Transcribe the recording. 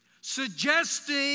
suggesting